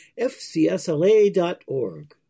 fcsla.org